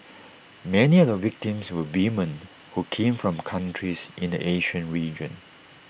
many of the victims were women who came from countries in the Asian region